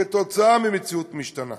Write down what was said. כתוצאה ממציאות משתנה.